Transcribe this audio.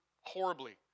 horribly